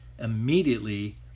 immediately